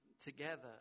together